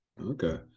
Okay